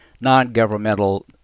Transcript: non-governmental